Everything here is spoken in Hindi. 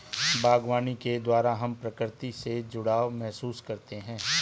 बागवानी के द्वारा हम प्रकृति से जुड़ाव महसूस करते हैं